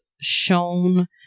shown